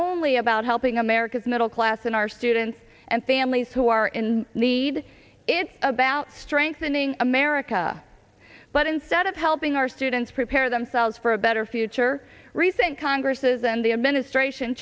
only about helping america's middle class and our students and families who are in need it's about strengthening america but instead of helping our students prepare themselves for a better future recent congresses and the administration